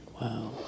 Wow